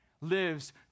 lives